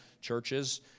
churches